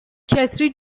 کتری